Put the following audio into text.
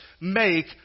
make